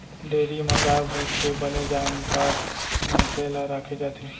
dairy म गाय भईंस के बने जानकार मनसे ल राखे जाथे